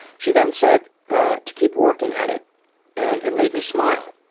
she then said to keep working at it and it made me smile.